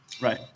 Right